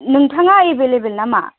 नोंथाङा एभेलेबेल नामा